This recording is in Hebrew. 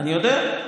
אני יודע,